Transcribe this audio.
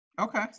Okay